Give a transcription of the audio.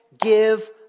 give